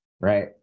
Right